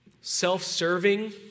self-serving